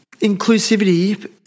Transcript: inclusivity